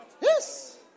Yes